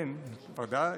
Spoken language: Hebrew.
כן, ודאי.